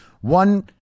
one